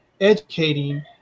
educating